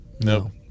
No